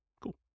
Cool